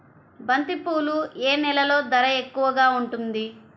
బంతిపూలు ఏ నెలలో ధర ఎక్కువగా ఉంటుంది?